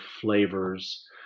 flavors